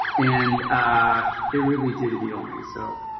and it really did heal me. so